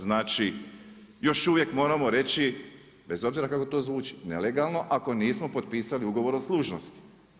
Znači, još uvijek moramo reći bez obzira kako to zvuči nelegalno ako nismo potpisali ugovor o služnosti.